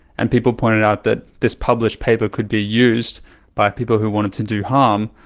and people pointed out that this published paper could be used by people who wanted to do harm,